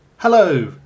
Hello